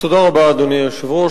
אדוני היושב-ראש,